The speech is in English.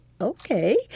okay